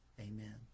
amen